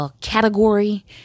category